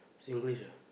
Singlish ah